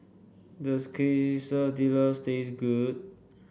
does Quesadillas taste good